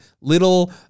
little